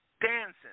dancing